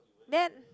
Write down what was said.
then